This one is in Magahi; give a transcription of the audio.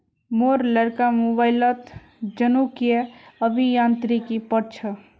मोर लड़का मुंबईत जनुकीय अभियांत्रिकी पढ़ छ